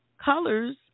colors